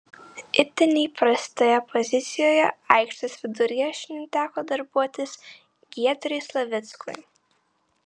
itin neįprastoje pozicijoje aikštės viduryje šiandien teko darbuotis giedriui slavickui